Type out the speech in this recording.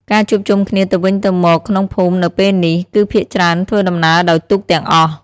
ការជួបជុំគ្នាទៅវិញទៅមកក្នុងភូមិនៅពេលនេះ គឺភាគច្រើនធ្វើដំណើរដោយទូកទាំងអស់។